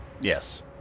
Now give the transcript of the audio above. Yes